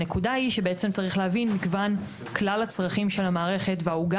הנקודה היא שבעצם צריך להבין מגוון כלל הצרכים של המערכת והעוגה